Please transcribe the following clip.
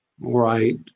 Right